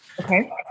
Okay